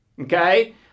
Okay